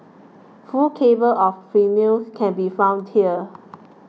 full tables of premiums can be found here